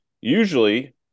usually